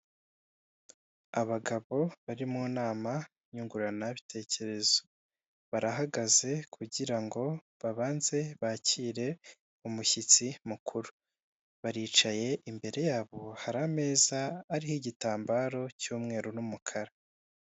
Abagabo bari mu nama nyunguranabitekerezo, barahagaze kugira ngo babanze bakire umushyitsi mukuru, baricaye imbere yabo hari ameza ariho igitambaro cy'umweru n'umukara.